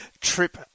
trip